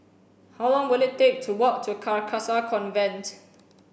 how long will it take to walk to Carcasa Convent